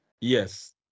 Yes